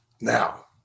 now